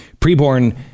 Preborn